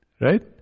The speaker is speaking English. Right